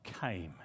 came